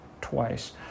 twice